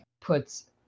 puts